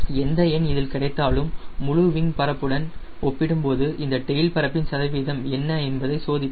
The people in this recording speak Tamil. எந்த எண் இதில் கிடைத்தாலும் முழு விங் பரப்புடன் ஒப்பிடும்போது இந்த டெயில் பரப்பின் சதவீதம் என்ன என்பதை சோதிக்கிறார்